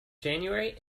january